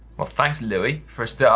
well thanks louis, for a start.